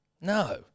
No